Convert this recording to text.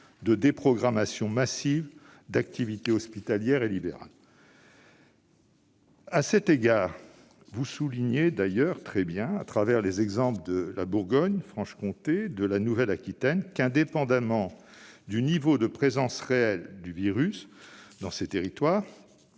des déprogrammations massives d'activités hospitalières et libérales. À cet égard, vous soulignez d'ailleurs très bien, à travers les exemples de la Bourgogne-Franche-Comté et de la Nouvelle-Aquitaine, que, indépendamment du niveau de présence réelle du virus dans ces territoires